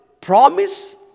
promise